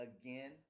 again